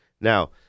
Now